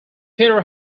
peter